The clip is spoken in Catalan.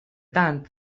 tant